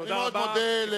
תודה רבה.